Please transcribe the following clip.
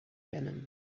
venom